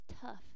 tough